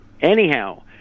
anyhow